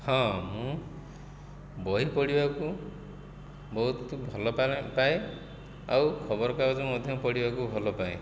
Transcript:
ହଁ ମୁଁ ବହି ପଢ଼ିବାକୁ ବହୁତ ଭଲ ପାଏ ଆଉ ଖବରକାଗଜ ମଧ୍ୟ ପଢ଼ିବାକୁ ଭଲପାଏ